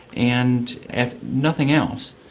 and if nothing else,